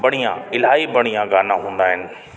बढ़िया इलाही बढ़िया गाना हूंदा आहिनि